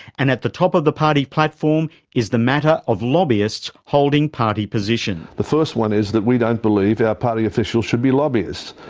and at the top of the party platform is the matter of lobbyists holding party position. the first one is that we don't believe that party officials should be lobbyists.